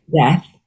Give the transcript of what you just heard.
death